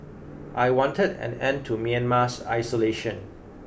I wanted an end to Myanmar's isolation